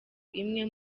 imwe